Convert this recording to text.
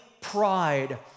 pride